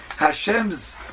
Hashem's